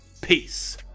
peace